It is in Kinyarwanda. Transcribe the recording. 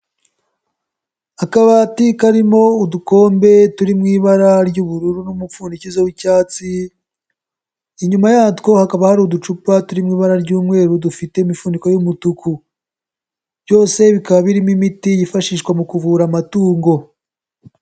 Akabati karimo udukombe turi mu ibara ry'ubururu n'umupfundizo w'icyatsi, inyuma yatwo hakaba hari uducupa turi mu ibara ry'umweru dufite imifuniko y'umutuku, byose bikaba birimo imiti yifashishwa mu kuvura amatungo.